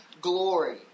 glory